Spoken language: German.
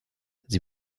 sie